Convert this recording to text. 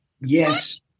Yes